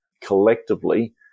collectively